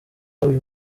uyu